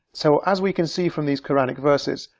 so as we can see from these quranic verses,